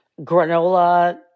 granola